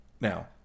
Now